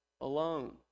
alone